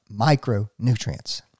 micronutrients